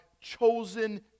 chosen